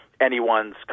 anyone's